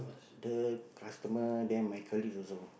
the customer then my colleagues also